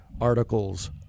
article's